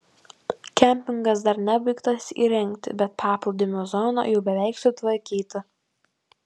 kempingas dar nebaigtas įrengti bet paplūdimio zona jau beveik sutvarkyta